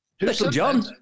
Littlejohn